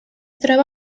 troba